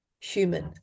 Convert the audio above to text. human